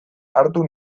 hartu